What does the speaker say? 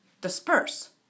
Disperse